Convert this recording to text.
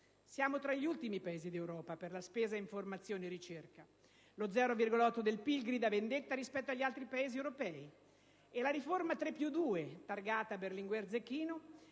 Siamo tra gli ultimi Paesi d'Europa per la spesa in formazione e ricerca (lo 0,8 per cento del PIL grida vendetta rispetto agli altri Paesi europei). La riforma 3+2 (targata Berlinguer-Zecchino)